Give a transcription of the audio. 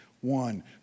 One